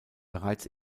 bereits